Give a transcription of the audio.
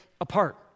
apart